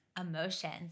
emotions